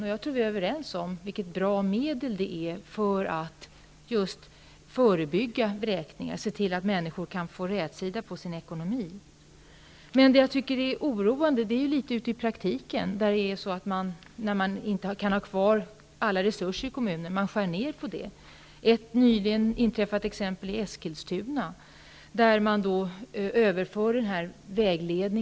Vi är nog överens om att det är ett bra medel just för att förebygga vräkningar, att se till att människor kan få rätsida på sin ekonomi. Men det är litet oroande hur det går till i praktiken, när man måste skära ner på resurserna i kommunerna. I ett nyligen inträffat exempel i Eskilstuna har vägledningen överförts till socialtjänsten.